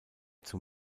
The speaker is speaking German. zum